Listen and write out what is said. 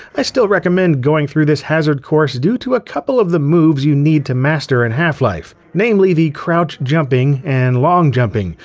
i still recommend going through this hazard course due to a couple of the moves you need to master in half-life. namely, the crouch jumping and long jumping,